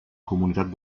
comunitat